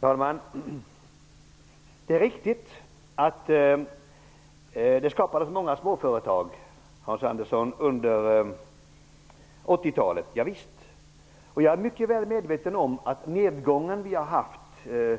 Herr talman! Det är riktigt att det skapades många småföretag under 80-talet, Hans Andersson. Jag är mycket väl medveten om att den nedgång vi har haft när